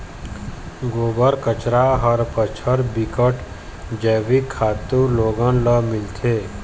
गोबर, कचरा हर बछर बिकट जइविक खातू लोगन ल मिलथे